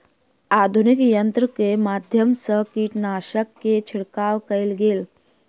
आधुनिक यंत्रक माध्यम सँ कीटनाशक के छिड़काव कएल गेल